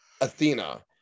athena